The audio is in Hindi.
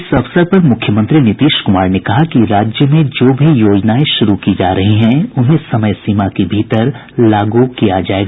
इस अवसर पर मुख्यमंत्री नीतीश कुमार ने कहा कि राज्य में जो भी योजनाएं शुरु की जा रही हैं उन्हें समयसीमा के भीतर लागू किया जाएगा